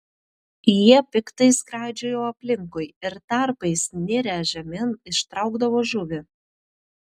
jie piktai skraidžiojo aplinkui ir tarpais nirę žemyn ištraukdavo žuvį